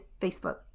Facebook